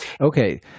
Okay